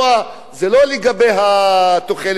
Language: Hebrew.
זה לא לגבי תוחלת החיים.